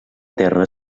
terra